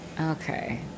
Okay